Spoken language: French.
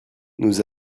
nous